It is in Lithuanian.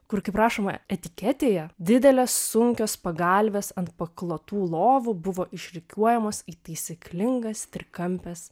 kur kaip rašoma etiketėje didelės sunkios pagalvės ant paklotų lovų buvo išrikiuojamos į taisyklingas trikampes